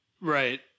Right